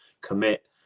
commit